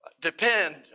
depend